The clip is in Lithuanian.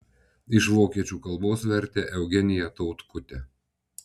iš vokiečių kalbos vertė eugenija tautkutė